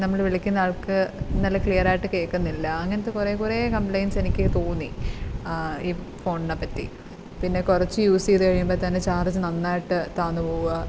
നമ്മള് വിളിക്കുന്നയാൾക്ക് നല്ല ക്ലിയറായിട്ട് കേളഅക്കുന്നില്ല അങ്ങനത്തെ കുറേ കുറേ കംപ്ലൈൻ്റ്സെനിക്ക് തോന്നി ഈ ഫോണിനെ പറ്റി പിന്നെ കുറച്ച് യൂസ്യ്ത് കഴിയുമ്പോള്ത്തന്നെ ചാർജ് നന്നായിട്ട് താഴ്ന്നുപോവുക